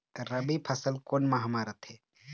रबी फसल कोन माह म रथे?